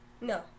No